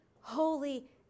holy